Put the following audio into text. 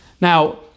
Now